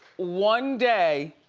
one day,